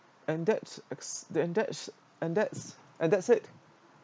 and that's ex~ and that's and that's and that's it